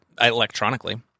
electronically